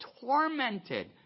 tormented